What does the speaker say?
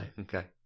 Okay